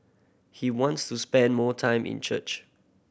he wants to spend more time in church